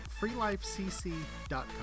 freelifecc.com